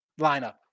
Lineup